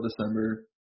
December